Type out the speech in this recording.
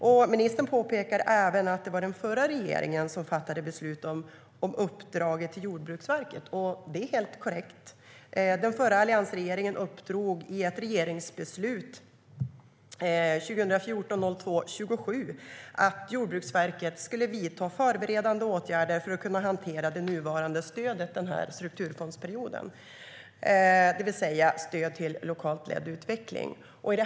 Ministern påpekar även att det var den förra regeringen som fattade beslut om uppdraget till Jordbruksverket. Det är helt korrekt. Den förra alliansregeringen uppdrog i ett regeringsbeslut den 27 februari 2014 till Jordbruksverket att vidta förberedande åtgärder för att kunna hantera det nuvarande stödet till den här strukturfondsperioden, det vill säga stöd till lokalt ledd utveckling.